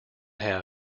have